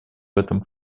этом